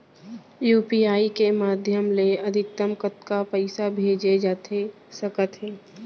UPI के माधयम ले अधिकतम कतका पइसा भेजे जाथे सकत हे?